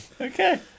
Okay